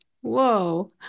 Whoa